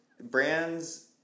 brands